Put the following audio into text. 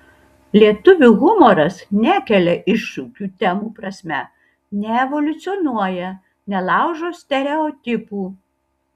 lietuvių humoras nekelia iššūkių temų prasme neevoliucionuoja nelaužo stereotipų